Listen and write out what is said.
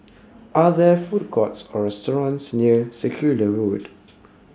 Are There Food Courts Or restaurants near Circular Road